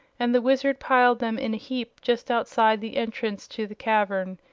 and the wizard piled them in a heap just outside the entrance to the cavern.